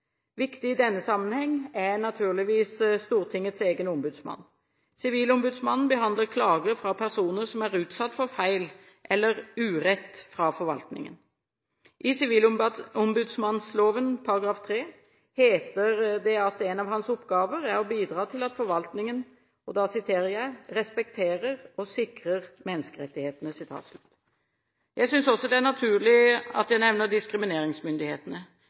Viktig i denne sammenheng er naturligvis Stortingets egen ombudsmann. Sivilombudsmannen behandler klager fra personer som er utsatt for feil eller urett fra forvaltningens side. I sivilombudsmannsloven § 3 heter det at en av hans oppgaver er å bidra til at forvaltningen «respekterer og sikrer menneskerettighetene». Jeg synes også det er naturlig at jeg nevner diskrimineringsmyndighetene.